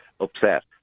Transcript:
upset